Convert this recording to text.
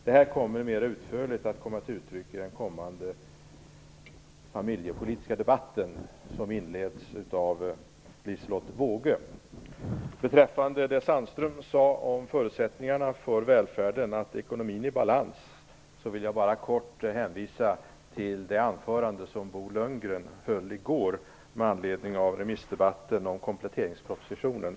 Det här kommer mera utförligt att beröras i den kommande familjepolitiska debatten, som inleds av Beträffande det som Stig Sandström sade om förutsättningarna för välfärden, en ekonomi i balans, vill jag bara kort hänvisa det anförande som Bo Lundgren höll i går med anledning av remissdebatten om kompletteringspropositionen.